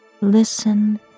listen